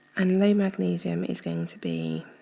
and low magnesium is going to be